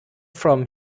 from